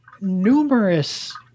numerous